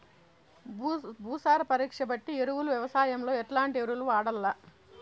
భూసార పరీక్ష బట్టి ఎరువులు వ్యవసాయంలో ఎట్లాంటి ఎరువులు వాడల్ల?